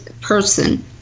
person